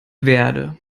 werde